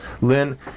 Lynn